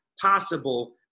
possible